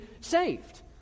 saved